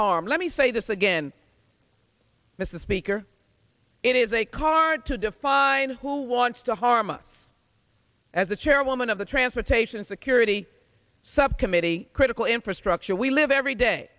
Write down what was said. harm let me say this again mr speaker it is a card to define who wants to harm us as the chairwoman of the transportation security subcommittee critical infrastructure we live every day